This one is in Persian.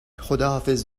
خداحافظ